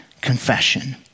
confession